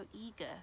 eager